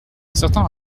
certains